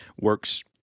works